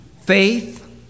faith